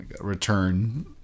return